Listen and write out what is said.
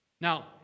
Now